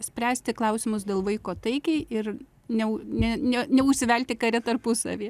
spręsti klausimus dėl vaiko taikiai ir neu ne ne neužsivelti kare tarpusavy